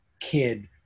kid